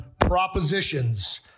propositions